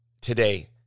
today